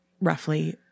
roughly